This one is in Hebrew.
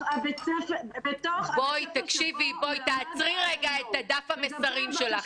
בית הספר שבו למד --- תעצרי רגע את דף המסרים שלך.